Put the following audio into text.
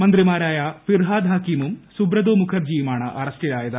മന്ത്രിമാരായ ഫിർഹാദ് ഹക്കീമും സുബ്രതോ മുഖർജിയുമാണ് അറസ്റ്റിലായത്